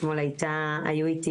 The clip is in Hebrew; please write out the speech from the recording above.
אתמול היו איתי